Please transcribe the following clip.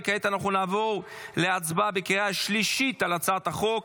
כעת אנחנו נעבור להצבעה בקריאה השלישית על הצעת חוק